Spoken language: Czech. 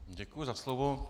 Děkuji za slovo.